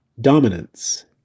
dominance